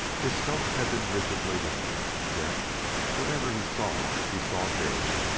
his scope had been rigidly limited, yet whatever he saw, he saw big.